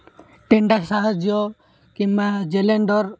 tender ସାହାଯ୍ୟ କିମ୍ବା ଜେଲେଣ୍ଡର